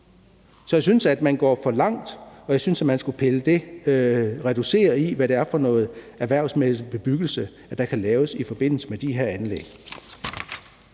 så jeg synes, at man går for langt, og jeg synes, at man skulle reducere i, hvad det er for noget erhvervsmæssig bebyggelse, der kan laves i forbindelse med de her anlæg.